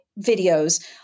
videos